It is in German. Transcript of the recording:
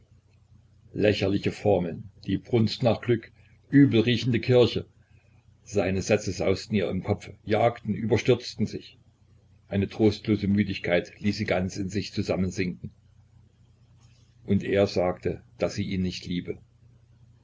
lächerliche formeln die brunst nach glück übelriechende kirche seine sätze sausten ihr im kopfe jagten überstürzten sich eine trostlose müdigkeit ließ sie ganz in sich zusammensinken und er sagte daß sie ihn nicht liebe